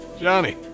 Johnny